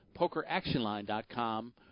PokerActionLine.com